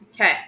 Okay